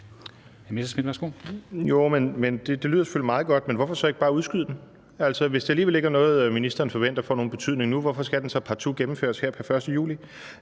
Det lyder selvfølgelig meget godt, men hvorfor så ikke bare udskyde den? Altså, hvis det alligevel ikke er noget, ministeren forventer får nogen betydning nu, hvorfor skal den så partout gennemføres her pr. 1. juli?